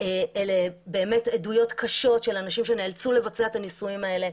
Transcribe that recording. אלה באמת עדויות קשות של אנשים שנאלצו לבצע את הניסויים האלה.